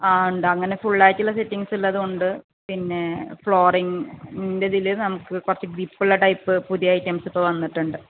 ആ ഉണ്ട് അങ്ങനെ ഫുുള്ളായിട്ടുള്ള സെറ്റിങ്സ് ഉള്ളതും ഉണ്ട് പിന്നെ ഫ്ലോറിംഗിൻ്റെ ഇതിൽ നമുക്ക് കുറച്ച് ഗ്രിപ്പ് ഉള്ള ടൈപ്പ് പുതിയ ഐറ്റംസ് ഇപ്പം വന്നിട്ടുണ്ട്